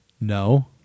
No